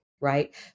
right